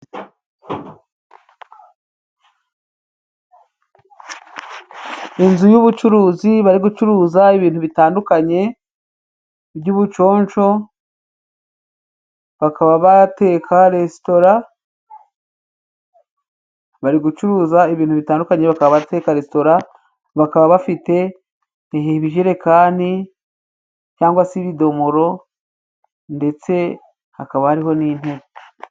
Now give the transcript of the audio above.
Inzu y'ubucuruzi bari gucuruza ibintu bitandukanye by'ubuconsho. Bakaba bateka resitora bari gucuruza ibintu bitandukanye bakaba bari guteka resitora, bakaba bafite ibijerekani cyangwa se ibidomoro ndetse hakaba hariho n'intebe.